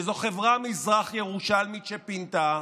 שזו חברה מזרח ירושלמית שפינתה.